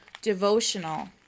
Devotional